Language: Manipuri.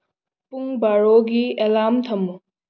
ꯄꯨꯡ ꯕꯥꯔꯣꯒꯤ ꯑꯦꯂꯥꯝ ꯊꯝꯃꯨ